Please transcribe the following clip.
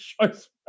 choice